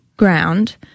ground